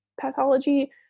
pathology